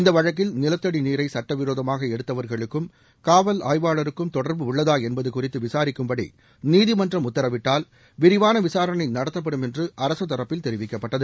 இந்த வழக்கில் நிலத்தடி நீரை சட்டவிரோதமாக எடுத்தவர்களுக்கும் காவல் ஆய்வாளருக்கும் தொடர்பு உள்ளதா என்பது குறித்து விசாரிக்கும்படி நீதிமன்றம் உத்தரவிட்டால் விரிவான விசாரணை நடத்தப்படும் என்று அரசுதரப்பில் தெரிவிக்கப்பட்டது